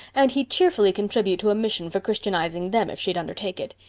and he'd cheerfully contribute to a mission for christianizing them if she'd undertake it.